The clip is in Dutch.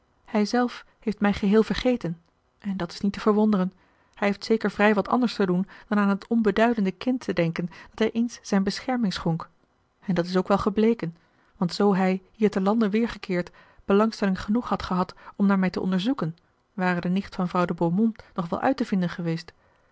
hij zelf heeft mij geheel vergeten en dat is niet te verwonderen hij heeft zeker vrij wat anders te doen dan aan het onbeduidende kind te denken dat hij eens zijne bescherming schonk en dat is ook wel gebleken want zoo hij hier te lande weergekeerd belangstelling genoeg had gehad om naar mij te onderzoeken ware de nicht van vrouwe de beaumont nog wel uit te vinden geweest